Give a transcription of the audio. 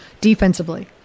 defensively